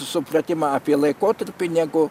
supratimą apie laikotarpį negu